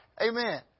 Amen